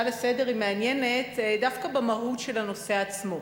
לסדר-היום היא מעניינת דווקא במהות של הנושא עצמו,